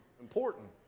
important